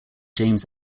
james